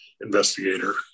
investigator